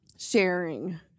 sharing